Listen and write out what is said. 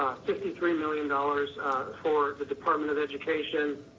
fifty three million dollars for the department of education.